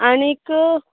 आनीक